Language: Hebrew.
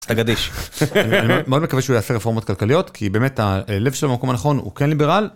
סטגדיש, אני מאוד מקווה שהוא יעשה רפורמות כלכליות כי באמת הלב שלו במקום הנכון הוא כן ליברל.